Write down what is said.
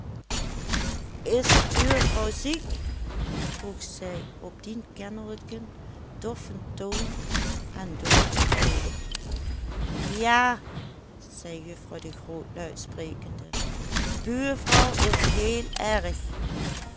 is buurvrouw ziek vroeg zij op dien kennelijken doffen toon aan dooven eigen ja zei juffrouw de groot luid sprekende buurvrouw is heel erg